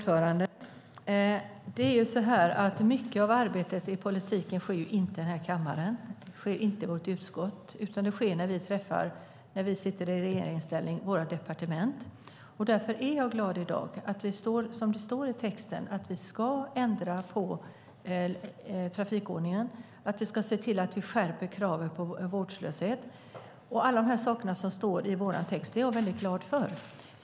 Fru talman! Mycket av arbetet i politiken sker inte här i kammaren, inte i vårt utskott, utan när vi sitter i regeringsställning sker det i vårt departement. Därför är jag i dag glad att vi, som det står i texten, ska ändra trafikförordningen och se till att skärpa kraven beträffande vårdslöshet. Allt det som står i vår text är jag väldigt glad för.